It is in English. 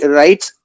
rights